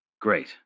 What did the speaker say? Great